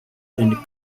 and